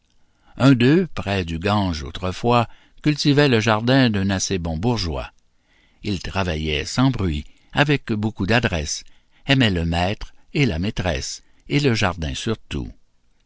un d'eux près du gange autrefois cultivait le jardin d'un assez bon bourgeois il travaillait sans bruit avait beaucoup d'adresse aimait le maître et la maîtresse et le jardin surtout